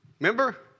Remember